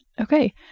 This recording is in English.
okay